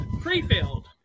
Pre-filled